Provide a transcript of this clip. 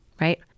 right